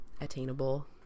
attainable